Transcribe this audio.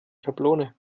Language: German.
schablone